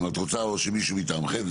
או מישהו מטעמכם,